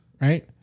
right